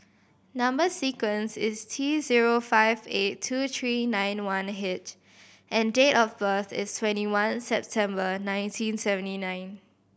number sequence is T zero five eight two three nine one H and date of birth is twenty one September nineteen seventy nine